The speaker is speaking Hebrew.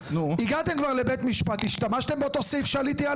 יש לנו הליך גישור שהוא מן הסתם חסוי לפרוטוקול,